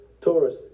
Taurus